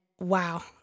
Wow